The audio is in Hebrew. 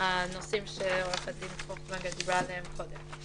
הנושאים שע"ד פויכטונגר דיברה עליהם קודם.